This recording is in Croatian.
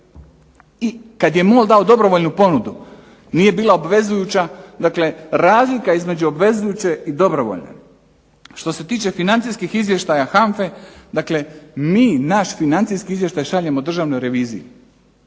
I kada je MOL dao dobrovoljnu ponudu nije bila obvezujuća. Dakle, razlika između obvezujuće i dobrovoljne. Što se tiče financijskih izvještaja HANFA-e, dakle mi naš financijski izvještaj šaljemo Državnoj reviziji,